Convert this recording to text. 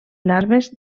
larves